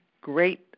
great